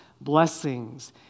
blessings